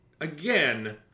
again